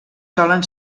solen